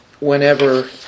whenever